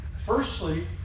Firstly